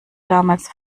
damals